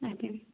ଆଜ୍ଞା